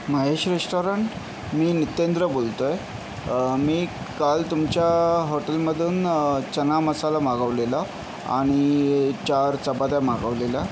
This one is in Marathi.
महेश रेस्टॉरंट मी नितेंद्र बोलतोय मी काल तुमच्या हॉटेलमधून चना मसाला मागवलेला आणि चार चपात्या मागवलेल्या